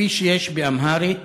כפי שיש באמהרית?